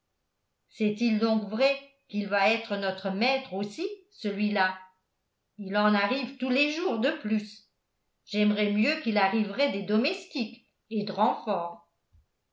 c'est-il donc vrai qu'il va être notre maître aussi celui-là il en arrive tous les jours de plusse j'aimerais mieux qu'il arriverait des domestiques ed'renfort